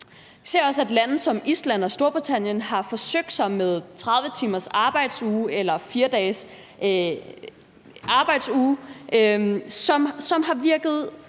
Vi ser også, at lande som Island og Storbritannien har forsøgt sig med en 30-timers arbejdsuge eller en 4-dages arbejdsuge, som har virket